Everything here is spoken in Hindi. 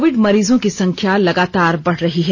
कोविड मरीजों की संख्या लगातार बढ़ रही है